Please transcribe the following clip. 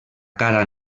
cara